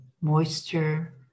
moisture